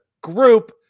group